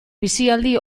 bizialdi